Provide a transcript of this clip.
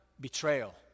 betrayal